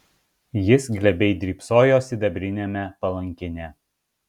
jis glebiai drybsojo sidabriniame palankine